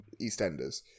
EastEnders